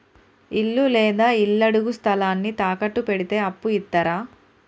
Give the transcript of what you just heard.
ఇల్లు లేదా ఇళ్లడుగు స్థలాన్ని తాకట్టు పెడితే అప్పు ఇత్తరా?